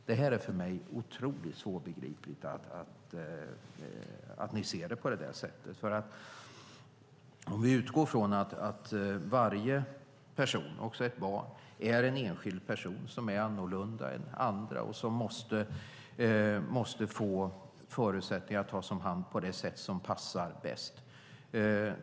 Det är för mig otroligt svårbegripligt att ni ser det på det sättet. Vi utgår från att varje person, också ett barn, är en enskild person som är annorlunda än andra och måste få förutsättningar att tas om hand på det sätt som passar bäst.